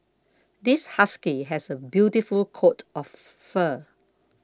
this husky has a beautiful coat of fur